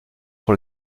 pour